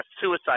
suicide